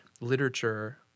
literature